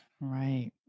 Right